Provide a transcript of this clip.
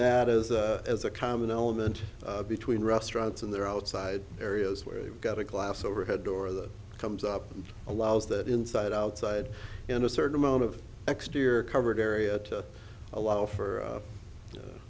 that is as a common element between restaurants and their outside areas where you've got a glass overhead door that comes up and allows that inside outside in a certain amount of next year covered area to allow for